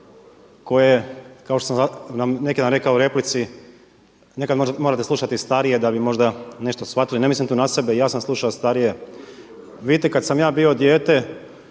koje kao što sam neki dan rekao u replici, nekada morate slušati i starije da bi možda nešto shvatili. Ne mislim tu na sebe i ja sam slušao starije. Vidite, kad sam ja bio dijete